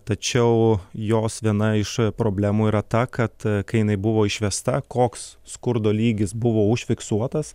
tačiau jos viena iš problemų yra ta kad kai jinai buvo išvesta koks skurdo lygis buvo užfiksuotas